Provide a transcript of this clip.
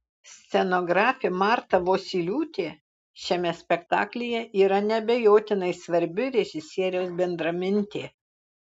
scenografė marta vosyliūtė šiame spektaklyje yra neabejotinai svarbi režisieriaus bendramintė